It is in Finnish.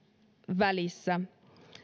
välissä